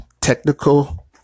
technical